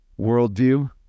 worldview